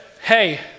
Hey